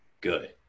good